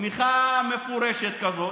תמיכה מפורשת כזאת,